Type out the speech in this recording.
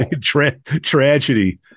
tragedy